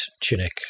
Tunic